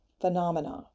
phenomena